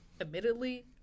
Admittedly